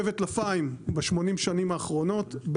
פה וטלפיים ב- 80 השנים האחרונות,